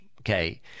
Okay